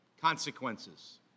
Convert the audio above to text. Consequences